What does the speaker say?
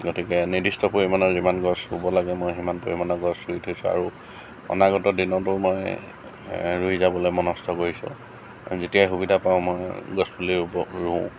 গতিকে নিৰ্দিষ্ট পৰিমাণৰ যিমান গছ ৰোৱ লাগে মই সিমান পৰিমাণৰ গছ ৰোই থৈছোঁ আৰু অনাগত দিনটো মই ৰোই যাবলৈ মনস্ত কৰিছোঁ যেতিয়া সুবিধা পাওঁ মই গছ পুলি ৰোব ৰোও